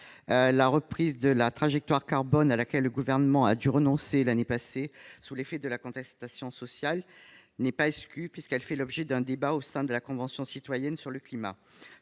La reprise de la trajectoire carbone, à laquelle le Gouvernement a dû renoncer l'année passée sous l'effet de la contestation sociale, n'est pas exclue, puisqu'elle fait l'objet d'un débat au sein de la Convention citoyenne pour le climat.